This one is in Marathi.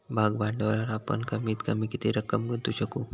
भाग भांडवलावर आपण कमीत कमी किती रक्कम गुंतवू शकू?